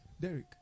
Derek